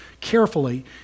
carefully